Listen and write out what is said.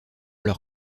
leur